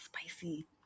spicy